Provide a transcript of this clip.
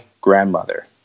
grandmother